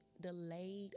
Delayed